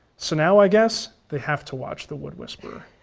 so now i guess they have to watch the wood wood